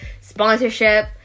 sponsorship